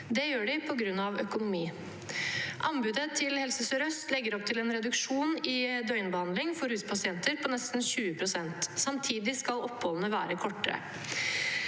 Det gjør de på grunn av økonomi. Anbudet til Helse Sør-Øst legger opp til en reduksjon i døgnbehandling for ruspasienter på nesten 20 pst. Samtidig skal oppholdene være kortere.